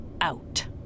out